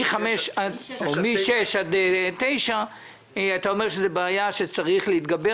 מ-6 עד 9 אתה אומר שזאת בעיה שצריך להתגבר